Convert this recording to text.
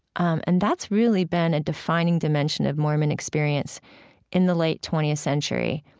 um and that's really been a defining dimension of mormon experience in the late twentieth century.